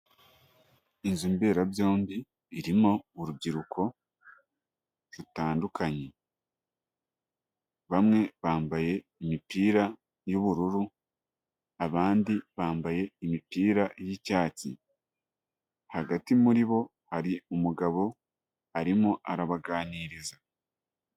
Inzu mberabyombi irimo urubyiruko rutandukanye, bamwe bambaye imipira y'ubururu, abandi bambaye imipira y'icyatsi, hagati muri bo hari umugabo, arimo arabaganiriza.